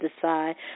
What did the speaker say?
decide